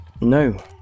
No